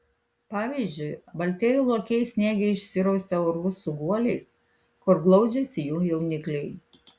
pavyzdžiui baltieji lokiai sniege išsirausia urvus su guoliais kur glaudžiasi jų jaunikliai